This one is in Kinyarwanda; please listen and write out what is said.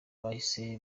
bahise